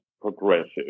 progressive